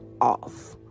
off